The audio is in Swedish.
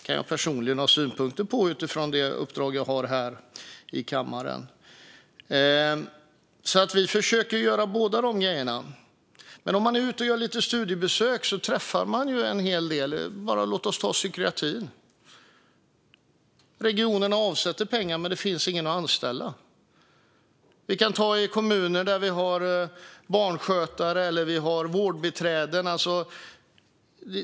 Jag kan personligen ha synpunkter på detta utifrån det uppdrag jag har i kammaren, men vi försöker göra båda sakerna. Vid studiebesök träffar man många. Låt oss titta på psykiatrin: Regionerna avsätter pengar, men det finns ingen att anställa. I kommunerna är det fråga om barnskötare och vårdbiträden.